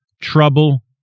trouble